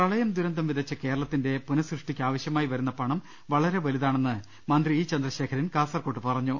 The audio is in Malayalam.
പ്രളയം ദുരന്തം വിതച്ച കേർളത്തിന്റെ പുനഃസൃഷ്ടിക്ക് ആവ ശ്യമായി വരുന്ന പണം വളരെ വലുതാണെന്ന് മന്ത്രി ഇ ചന്ദ്രശേഖ രൻ കാസർകോട്ട് പറഞ്ഞു